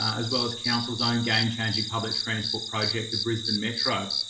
as well as council's own game-changing public transport project, the brisbane metro.